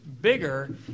bigger